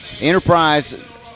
Enterprise